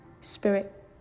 spirit